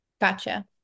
Gotcha